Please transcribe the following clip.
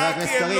חבר הכנסת קריב.